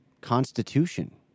constitution